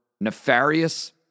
nefarious